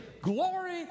glory